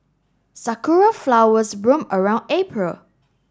sakura flowers bloom around April